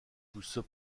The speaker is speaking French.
poussent